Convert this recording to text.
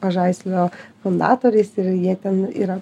pažaislio fundatoriais ir jie ten yra